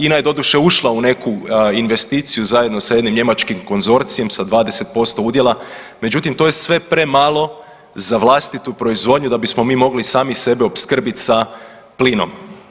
Ina je doduše ušla u neku investiciju zajedno sa jednim njemačkim konzorcijem sa 20% udjela, međutim to je sve premalo za vlastitu proizvodnju da bismo mi mogli sami sebe opskrbit sa plinom.